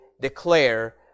declare